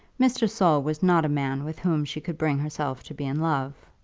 mr. saul was not a man with whom she could bring herself to be in love.